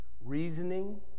reasoning